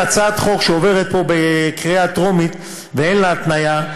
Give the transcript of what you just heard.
הצעת חוק שעוברת פה בקריאה טרומית ואין לה התניה,